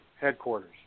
headquarters